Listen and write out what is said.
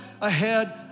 ahead